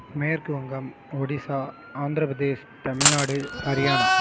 மேற்கு வங்கம் ஒடிசா ஆந்திரப்பிரதேஸ் தமிழ்நாடு ஹரியானா